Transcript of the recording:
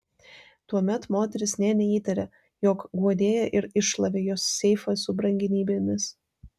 tuomet moteris nė neįtarė jog guodėja ir iššlavė jos seifą su brangenybėmis